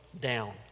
down